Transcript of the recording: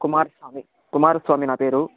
కుమార్స్వామి కుమారస్వామి నా పేరు